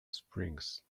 springs